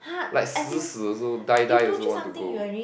like 死死 also die die also want to go